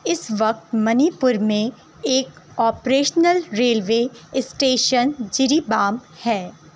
اس وقت منی پور میں ایک آپریشنل ریلوے اسٹیشن جریبام ہے